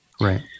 Right